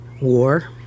war